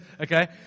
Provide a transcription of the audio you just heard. Okay